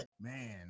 man